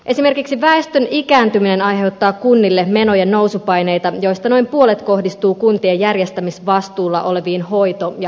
esimerkiksi väestön ikääntyminen aiheuttaa kunnille menojen nousupaineita joista noin puolet kohdistuu kuntien järjestämisvastuulla oleviin hoito ja hoivapalveluihin